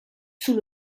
sous